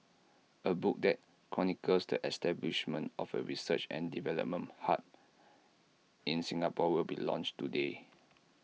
A book that chronicles the establishment of A research and development hub in Singapore will be launched today